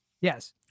Yes